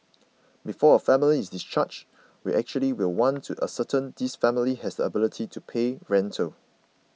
before a family is discharged we actually will want to ascertain this family has ability to pay rental